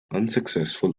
unsuccessful